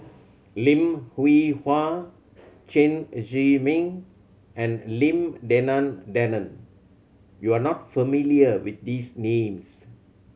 Lim Hwee Hua Chen Zhiming and Lim Denan Denon you are not familiar with these names